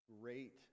great